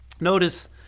Notice